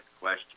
question